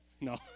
No